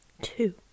two